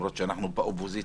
למרות שאנחנו באופוזיציה,